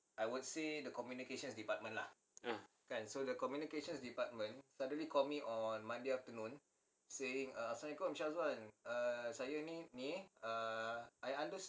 ah